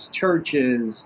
churches